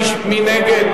מי נגד?